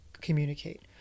communicate